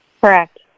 Correct